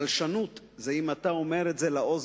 מלשנות זה אם אתה אומר את זה לאוזן,